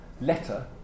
letter